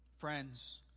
Friends